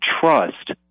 trust